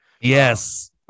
Yes